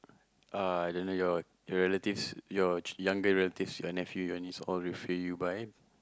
uh I don't know your your relatives your younger relatives your nephew your nieces all refer you by